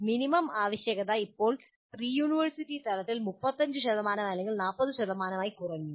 minimum ആവശ്യകത ഇപ്പോൾ pre university തലത്തിൽ 35 ശതമാനം അല്ലെങ്കിൽ 40 ശതമാനം മാർക്ക് ആയി കുറഞ്ഞു